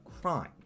crime